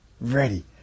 Ready